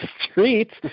streets